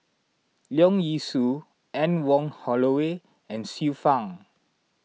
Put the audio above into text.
Leong Yee Soo Anne Wong Holloway and Xiu Fang